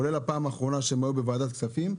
כולל בפעם האחרונה שהם היו בוועדת הכספים,